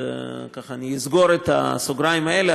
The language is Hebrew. אני אסגור את הסוגריים האלה,